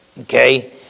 Okay